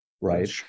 right